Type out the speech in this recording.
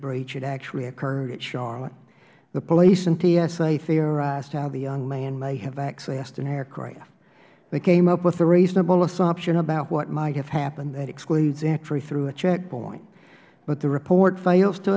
breach had actually occurred at charlotte the police and tsa theorized how the young man may have accessed an aircraft they came up with a reasonable assumption about what might have happened that excludes entry through a checkpoint but the report fails to